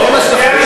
זה היה,